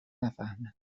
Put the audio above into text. نفهمه